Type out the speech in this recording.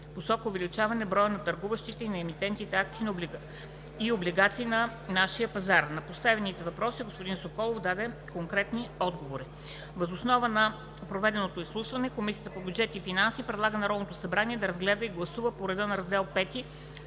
посока увеличаване броя на търгуващите и на емитентите на акции и облигации на нашия пазар. На поставените въпроси господин Румен Соколов даде отговори. Въз основа на проведеното изслушване Комисията по бюджет и финанси предлага на Народното събрание да разгледа и гласува по реда на Раздел V